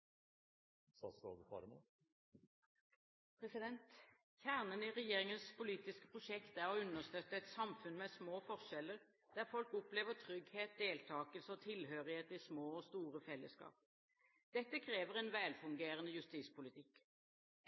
å understøtte et samfunn med små forskjeller, der folk opplever trygghet, deltakelse og tilhørighet i små og store fellesskap. Dette krever en velfungerende justispolitikk.